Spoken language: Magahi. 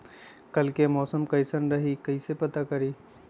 कल के मौसम कैसन रही कई से पता करी?